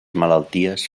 malalties